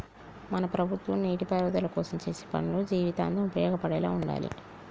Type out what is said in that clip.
మన ప్రభుత్వం నీటిపారుదల కోసం చేసే పనులు జీవితాంతం ఉపయోగపడేలా ఉండాలి